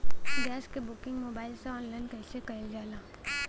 Gas क booking mobile से online कईसे कईल जाला?